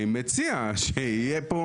אני מציע שתהיה פה